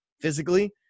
physically